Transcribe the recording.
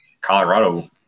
Colorado